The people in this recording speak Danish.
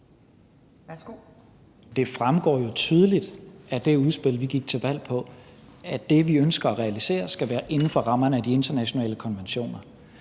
Det fremgår jo tydeligt af det udspil, vi gik til valg på, at det, vi ønsker at realisere, skal være inden for rammerne af de internationale konventioner.